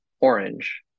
orange